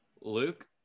Luke